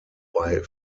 bei